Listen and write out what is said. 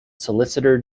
solicitor